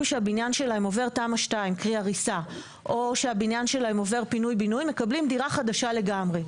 שהבניין שלהם עובר תמ"א2 או פינוי-בינוי מקבלים דירה חדשה לגמרי.